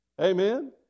amen